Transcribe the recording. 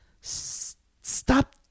stop